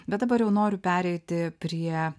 bet dabar jau noriu pereiti prie